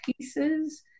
pieces